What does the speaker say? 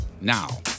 Now